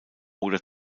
oder